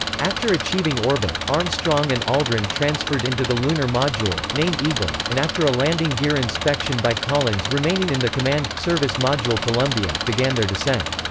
after achieving orbit, armstrong and aldrin transferred into the lunar module, named eagle, and after a landing gear inspection by collins remaining in the command service module columbia, began their descent.